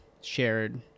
shared